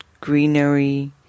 greenery